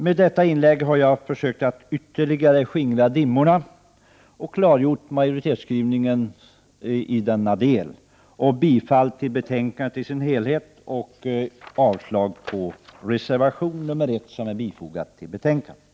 Med detta inlägg har jag försökt att ytterligare skingra dimmorna och att förklara majoritetens skrivning. Jag yrkar bifall till utskottets hemställan i dess helhet och avslag på reservation nr 1 vid betänkandet.